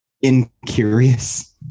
incurious